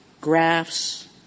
graphs